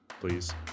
please